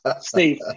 Steve